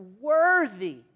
worthy